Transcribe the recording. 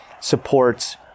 supports